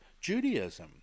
Judaism